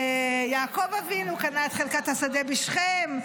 יעקב אבינו קנה את חלקת השדה בשכם.